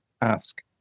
ask